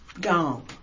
gone